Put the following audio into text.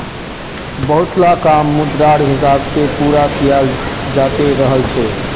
बहुतला काम मुद्रार हिसाब से पूरा कियाल जाते रहल छे